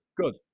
Good